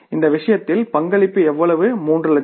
இந்த விஷயத்தில் பங்களிப்பு எவ்வளவு 3 லட்சம்